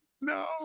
No